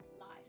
life